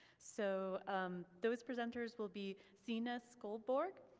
so um those presenters will be signe skjoldborg,